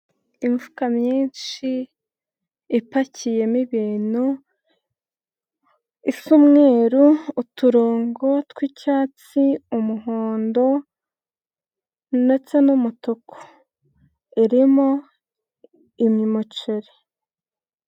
Imifuka myinshi ipakiyemo ibintu, isa umweruru, uturongo tw'icyatsi, umuhondo ndetse n'umutuku irimo umuceri.